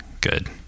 good